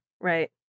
Right